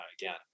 again